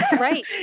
Right